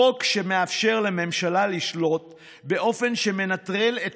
חוק שמאפשר לממשלה לשלוט באופן שמנטרל את